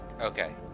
Okay